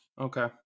okay